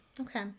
Okay